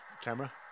camera